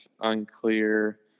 unclear